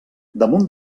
damunt